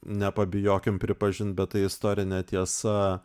nepabijokim pripažint bet tai istorinė tiesa